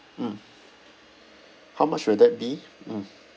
mm how much will that be mm